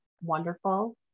wonderful